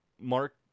mark